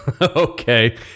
Okay